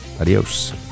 Adios